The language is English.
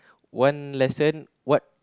one lesson what